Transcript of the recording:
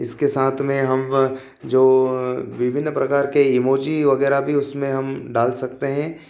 इसके साथ में हम जो विभिन्न प्रकार के इमोजी वगैरह भी उसमें हम डाल सकते हें